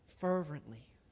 fervently